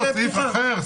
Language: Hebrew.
על סעיף אחר.